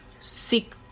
seek